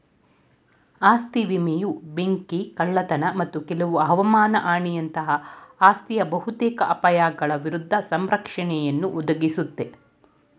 ಆಸ್ತಿ ವಿಮೆಯು ಬೆಂಕಿ ಕಳ್ಳತನ ಮತ್ತು ಕೆಲವು ಹವಮಾನ ಹಾನಿಯಂತಹ ಆಸ್ತಿಯ ಬಹುತೇಕ ಅಪಾಯಗಳ ವಿರುದ್ಧ ಸಂರಕ್ಷಣೆಯನ್ನುಯ ಒದಗಿಸುತ್ತೆ